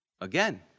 Again